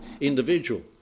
individual